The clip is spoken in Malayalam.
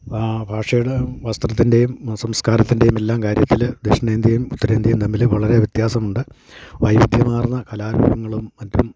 ഭാഷയുടെ വസ്ത്രത്തിൻ്റെയും സംസ്കാരത്തിൻ്റെയും എല്ലാം കാര്യത്തിൽ ദക്ഷണേന്ത്യയും ഉത്തരേന്ത്യയും തമ്മിൽ വളരെ വ്യത്യാസമുണ്ട് വൈവിധ്യമാർന്ന കലാരൂപങ്ങളും മറ്റും